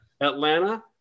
Atlanta